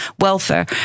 welfare